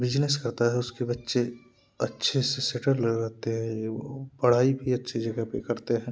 business करता है उसके बच्चे अच्छे से सेटल रहते हैं ए वों पढ़ाई भी अच्छे जगह पर करते हैं